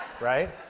Right